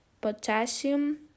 potassium